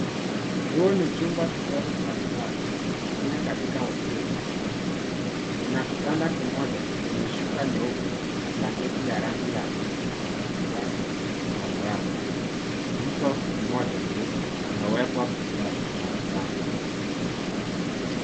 Huu ni chumba kidogo cha kulala, pengine katika hosteli. Kuna kitanda kimoja chenye shuka nyeupe na blanketi ya rangi ya bluu yenye urwasa ya miraba. Mto Moja mweupe umewekwa kichwani mwa kitanda.